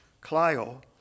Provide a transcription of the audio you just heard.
Clio